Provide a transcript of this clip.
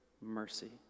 mercy